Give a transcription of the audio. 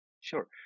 Sure